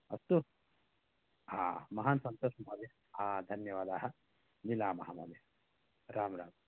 अस्तु हा महान् सन्तोषः महोदय आ धन्यवादाः मिलामः महोदय राम् राम्